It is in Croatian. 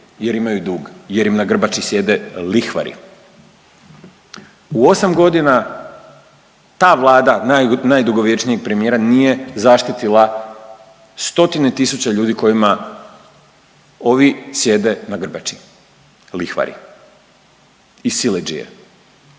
jer imaju dug, jer im na grbači sjede lihvari. U 8 godina ta Vlada najdugovječnijeg premijera nije zaštitila stotine tisuća ljudi kojima ovi sjede na grbači lihvari i siledžije.